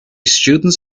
students